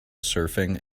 surfing